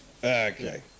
Okay